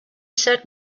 said